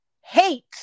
hate